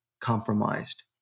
compromised